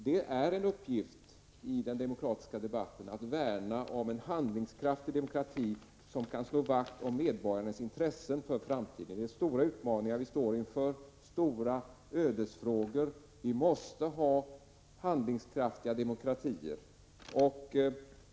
Det är en uppgift för dem som deltar i den politiska debatten att värna om en handlingskraftig demokrati som kan slå vakt om medborgarens intressen för framtiden. Det är stora utmaningar vi står inför, stora ödesfrågor. Vi måste ha handlingskraftiga demokratier.